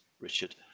Richard